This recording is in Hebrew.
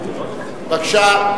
בבקשה.